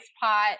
pot